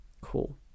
Cool